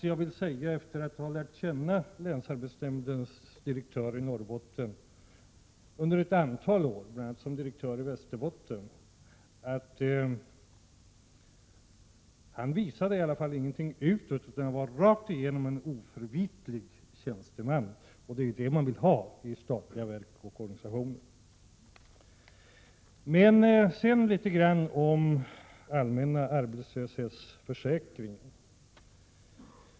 Jag vill ändå, efter att ha lärt känna länsarbetsnämndens direktör i Norrbotten under ett antal år, bl.a. under dennes tid i Västerbotten, säga att han inte visade någonting utåt utan var en rakt igenom oförvitlig tjänsteman, och det är sådana man vill ha i statliga verk och organisationer. Sedan vill jag säga litet grand om den allmänna arbetslöshetsförsäkringen.